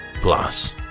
Plus